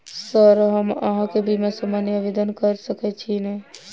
Sir हम अहाँ केँ बीमा संबधी आवेदन कैर सकै छी नै?